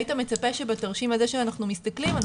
היית מצפה שבתרשים הזה שאנחנו מסתכלים,